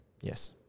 Yes